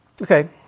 Okay